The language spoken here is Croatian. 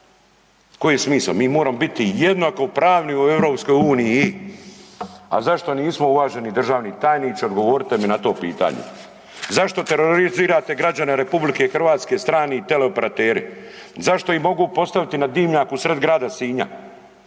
koji je smisao? Mi moramo biti jednakopravno u EU. A zašto nismo uvaženi državni tajniče odgovorite mi na to pitanje? Zašto terorizirate građane RH strani teleoperateri? Zašto ih mogu postaviti na dimnjak u sred grada Sinja